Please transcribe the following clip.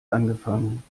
angefangen